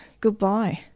goodbye